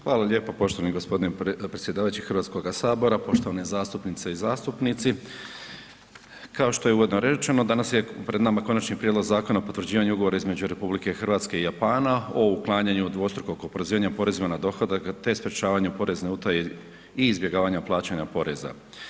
Hvala lijepo poštovani g. predsjedavajući HS, poštovane zastupnice i zastupnici, kao što je uvodno rečeno, danas je pred nama Konačni prijedlog Zakona o potvrđivanju ugovora između RH i Japana o uklanjanju dvostrukog oporezivanja porezima na dohodak, te sprječavanju porezne utaje i izbjegavanja plaćanja poreza.